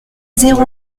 zéro